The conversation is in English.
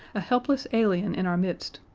a helpless alien in our midst,